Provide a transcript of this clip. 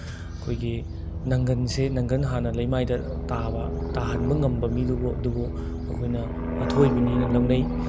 ꯑꯩꯈꯣꯏꯒꯤ ꯅꯪꯒꯟꯁꯦ ꯅꯪꯒꯟ ꯍꯥꯟꯅ ꯂꯩꯃꯥꯏꯗ ꯇꯥꯕ ꯇꯥꯍꯟꯕ ꯉꯝꯕ ꯃꯤꯗꯨꯕꯨ ꯑꯗꯨꯕꯨ ꯑꯩꯈꯣꯏꯅ ꯑꯊꯣꯏꯕꯅꯦꯅ ꯂꯧꯅꯩ